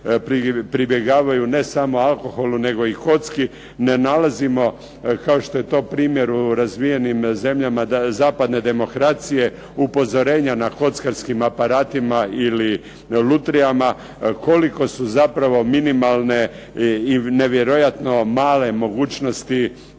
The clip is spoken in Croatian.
pribjegavaju ne samo alkoholu nego i kocki ne nalazimo kao što je to primjer u razvijenim zemljama zapadne demokracije upozorenja na kockarskim aparatima ili lutrijama koliko su zapravo minimalne i nevjerojatno male mogućnosti